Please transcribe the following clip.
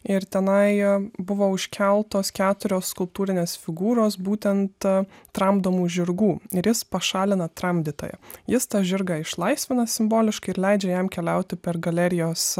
ir tenai jie buvo užkeltos keturios skulptūrinės figūros būtent ta tramdomų žirgų neris pašalina tramdytoją jis tą žirgą išlaisvina simboliškai ir leidžia jam keliauti per galerijos